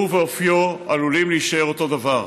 הוא ואופיו עלולים להישאר אותו הדבר.